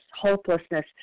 hopelessness